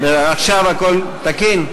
עכשיו הכול תקין?